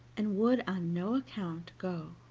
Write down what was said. and would on no account go.